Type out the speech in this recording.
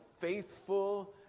faithful